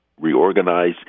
reorganize